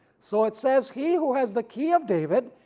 so it says he who has the key of david,